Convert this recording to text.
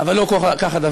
אבל לא כך הדבר.